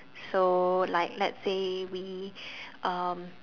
so like let's say we um